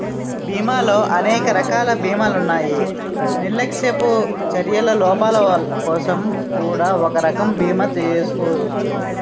బీమాలో అనేక రకాల బీమాలున్నాయి నిర్లక్ష్యపు చర్యల లోపాలకోసం కూడా ఒక రకం బీమా చేసుకోచ్చు